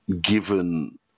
given